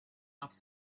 off